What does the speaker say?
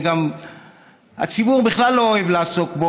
וגם הציבור בכלל לא אוהב לעסוק בו,